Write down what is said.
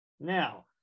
Now